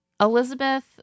Elizabeth